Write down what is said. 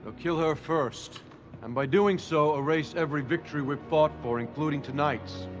but kill her first and by doing so erase every victory we've fought for including tonights.